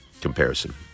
comparison